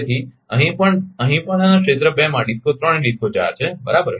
તેથી અહીં પણ અહીં પણ ક્ષેત્ર 2 માં DISCO 3 અને DISCO 4 છે બરાબર